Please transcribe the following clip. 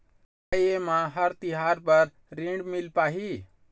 का ये म हर तिहार बर ऋण मिल पाही?